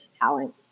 talent